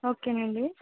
ఓకేనండి